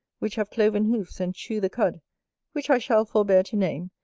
which have cloven hoofs, and chew the cud which i shall forbear to name,